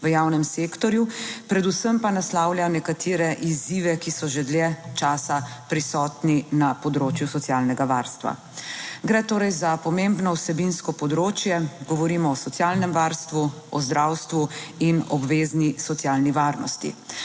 v javnem sektorju, predvsem pa naslavlja nekatere izzive, ki so že dlje časa prisotni na področju socialnega varstva. Gre torej za pomembno vsebinsko področje - govorimo o socialnem varstvu, o zdravstvu in obvezni socialni varnosti.